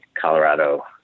Colorado